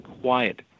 quiet